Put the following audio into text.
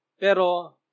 Pero